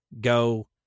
go